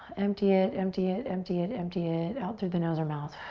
empty it, empty it, empty it, empty it. out through the nose or mouth.